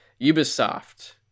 ubisoft